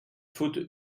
faute